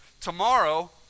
Tomorrow